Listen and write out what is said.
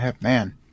man